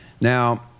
Now